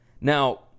Now